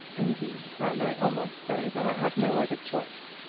indeed, i may almost say that i had no other choice.